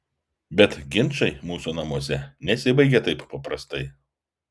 bet ginčai mūsų namuose nesibaigia taip paprastai